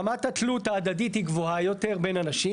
רמת התלות ההדדית היא גבוהה יותר בין אנשים.